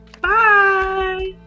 Bye